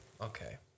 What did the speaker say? okay